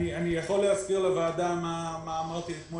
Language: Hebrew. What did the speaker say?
אני יכול להסביר לוועדה מה אמרתי אתמול